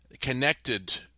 connected